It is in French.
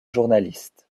journaliste